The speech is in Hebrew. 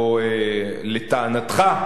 או לטענתך,